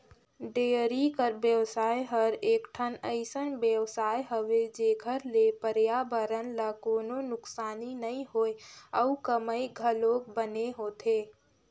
dairy कर बेवसाय हर एकठन अइसन बेवसाय हवे जेखर ले परयाबरन ल कोनों नुकसानी नइ होय अउ कमई घलोक बने होथे